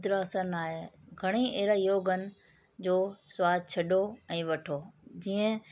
उद्रासन आहे घणेई अहिड़ा योग आहिनि जो स्वास छॾो ऐं वठो जीअं